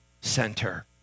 center